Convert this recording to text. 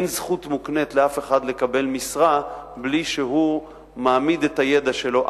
אין זכות מוקנית לאף אחד לקבל משרה בלי שהוא מעמיד את הידע שלו,